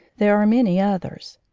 there are many others.